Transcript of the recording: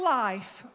life